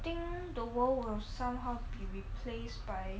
I think the world will somehow be replaced by